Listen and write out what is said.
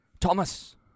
Thomas